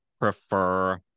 prefer